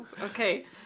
Okay